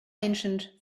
ancient